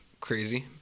crazy